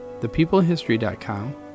ThePeopleHistory.com